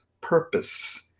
purpose